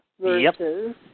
versus